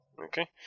Okay